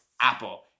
Apple